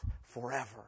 forever